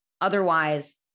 Otherwise